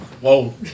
Whoa